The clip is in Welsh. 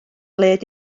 led